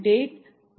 7 அதாவது 0